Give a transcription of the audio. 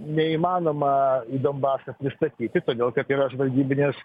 neįmanoma donbase išstatyti todėl kad yra žvalgybinės